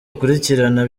akurikirana